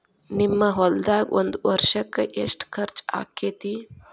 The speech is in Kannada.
ನಿಮ್ಮ ಹೊಲ್ದಾಗ ಒಂದ್ ವರ್ಷಕ್ಕ ಎಷ್ಟ ಖರ್ಚ್ ಆಕ್ಕೆತಿ?